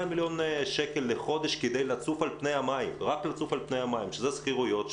מיליון שקל לחודש כדי לצוף על פני המים שזה שכירויות,